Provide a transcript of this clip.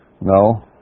No